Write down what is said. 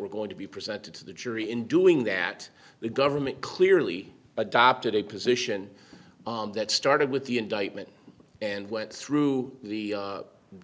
were going to be presented to the jury in doing that the government clearly adopted a position that started with the indictment and went through the